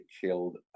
killed